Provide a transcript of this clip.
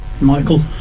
michael